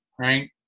right